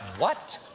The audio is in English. what?